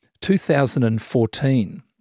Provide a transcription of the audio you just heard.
2014